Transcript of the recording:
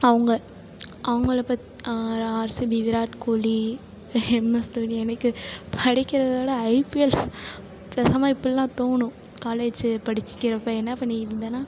அவங்க அவங்களப் பத் RCB Virat Kohli M S Dhoni எனக்கு படிக்கிறதை விட ஐபிஎல் பேசாமல் இப்பல்லாம் தோணும் காலேஜ் படிக்கிறப்போ என்ன பண்ணிக்கிட்டிருந்தனா